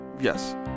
Yes